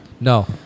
No